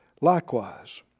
likewise